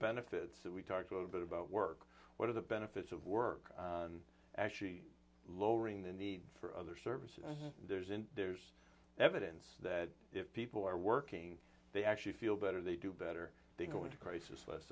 benefits that we talked a little bit about work what are the benefits of work actually lowering the need for other services there's and there's evidence that people are working they actually feel better they do better they go into crisis less